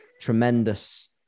tremendous